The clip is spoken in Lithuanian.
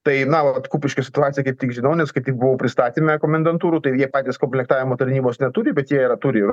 tai na vat kupiškio situaciją kaip tik žinau nes kaip tik buvau pristatyme komendantūrų taip jie patys komplektavimo tarnybos neturi bet jie yra turi ir